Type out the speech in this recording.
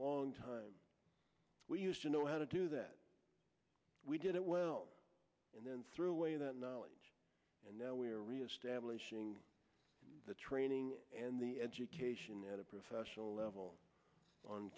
long time we used to know how to do that we did it well and then threw away that knowledge and now we're reestablishing the training and the education at a professional level on